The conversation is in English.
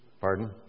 Pardon